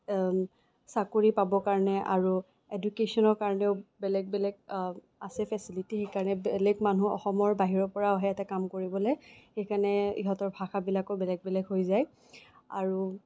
চাকৰি পাবৰ কাৰণে আৰু এডুকেশ্যনৰ কাৰণেও বেলেগ বেলেগ আছে ফেচিলিটি সেইকাৰণে বেলেগ মানুহ অসমৰ বাহিৰৰপৰাও আহে ইয়াতে কাম কৰিবলৈ সেইকাৰণে ইহঁতৰ ভাষাবিলাকো বেলেগ বেলেগ হৈ যায় আৰু